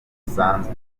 gusanzwe